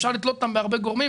אפשר לתלות אותם בהרבה גורמים,